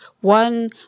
one